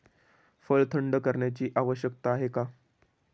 फळ थंड करण्याची आवश्यकता का आहे?